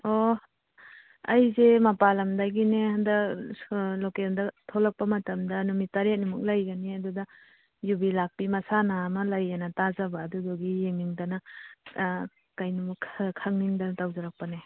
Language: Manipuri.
ꯑꯣ ꯑꯩꯁꯦ ꯃꯄꯥꯟ ꯂꯝꯗꯒꯤꯅꯤ ꯍꯟꯗꯛ ꯂꯣꯀꯦꯜꯗ ꯊꯣꯛꯂꯛꯄ ꯃꯇꯝꯗ ꯅꯨꯃꯤꯠ ꯇꯔꯦꯠꯅꯤꯃꯨꯛ ꯂꯩꯒꯅꯤ ꯑꯗꯨꯗ ꯌꯨꯕꯤ ꯂꯥꯛꯄꯤ ꯃꯁꯥꯟꯅ ꯑꯃ ꯂꯩꯌꯦꯅ ꯇꯥꯖꯕ ꯑꯗꯨꯗꯨꯒꯤ ꯌꯦꯡꯅꯤꯡꯗꯅ ꯀꯔꯤꯅꯣ ꯈꯪꯅꯤꯡꯗꯅ ꯇꯧꯖꯔꯛꯄꯅꯦ